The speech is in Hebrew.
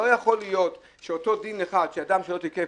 לא יכול להיות שאותו דין אחד שאדם שלא תיקף,